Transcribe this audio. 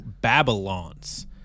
Babylons